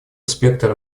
спектр